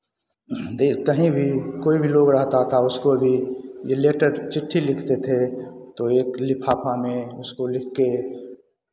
कहीं भी कोई भी लोग रहता था उसको भी ये लेटर चिट्ठी लिखते थे तो एक लिफाफा में उसको लिख के